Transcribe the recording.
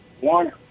one